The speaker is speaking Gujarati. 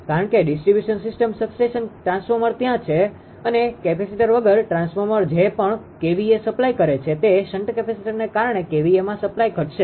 કારણ કે ડિસ્ટ્રિબ્યુશન સિસ્ટમ સબસ્ટેશન ટ્રાન્સફોર્મર ત્યાં છે અને કેપેસીટર વગર ટ્રાન્સફોર્મર જે પણ kVA સપ્લાય કરે છે તે શન્ટ કેપેસિટરને કારણે kVA સપ્લાય ઘટશે